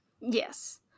Yes